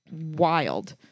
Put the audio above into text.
wild